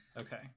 Okay